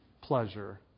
pleasure